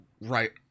right